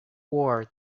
war